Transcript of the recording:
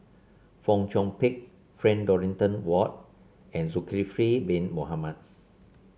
Fong Chong Pik Frank Dorrington Ward and Zulkifli Bin Mohamed